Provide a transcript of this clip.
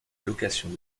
location